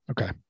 Okay